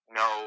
no